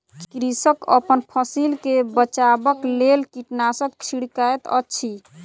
कृषक अपन फसिल के बचाबक लेल कीटनाशक छिड़कैत अछि